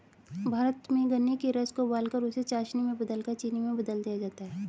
भारत में गन्ने के रस को उबालकर उसे चासनी में बदलकर चीनी में बदल दिया जाता है